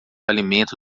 alimento